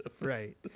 right